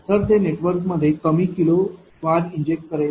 तर ते नेटवर्कमध्ये कमी kiloVAr इंजेक्ट करेल